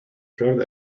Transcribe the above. travel